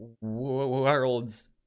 world's